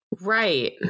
right